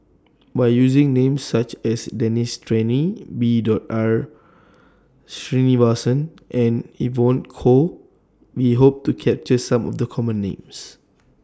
By using Names such as Denis Santry B Dot R Sreenivasan and Evon Kow We Hope to capture Some of The Common Names